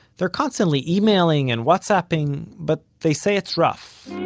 they're constantly emailing and whatsapping, but they say it's rough.